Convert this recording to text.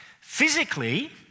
Physically